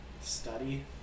Study